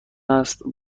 است